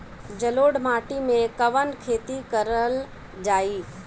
जलोढ़ माटी में कवन खेती करल जाई?